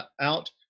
out